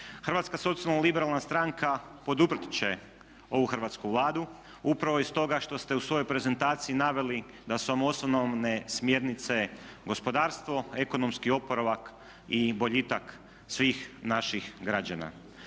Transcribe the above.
Hrvatska socijalno-liberalna stranka poduprijet će ovu hrvatsku Vladu upravo i stoga što ste u svojoj prezentaciji naveli da su vam osnovne smjernice gospodarstvo, ekonomski oporavak i boljitak svih naših građana.